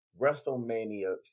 WrestleMania